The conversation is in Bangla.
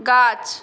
গাছ